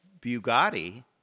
bugatti